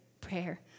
prayer